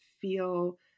feel